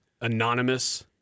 anonymous